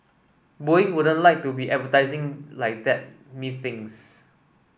Boeing wouldn't like to be advertising like that methinks